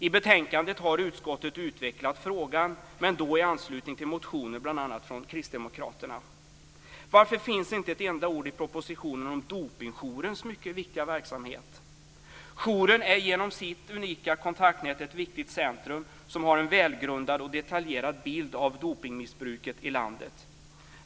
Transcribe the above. I betänkandet har utskottet utvecklat frågan, men då i anslutning till motioner från bl.a. kristdemokraterna. Varför finns inte ett enda ord i propositionen om Dopingjourens mycket viktiga verksamhet? Jouren är genom sitt unika kontaktnät ett viktigt centrum som har en välgrundad och detaljerad bild av dopningsmissbruket i landet.